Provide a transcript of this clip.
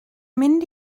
mynd